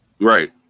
right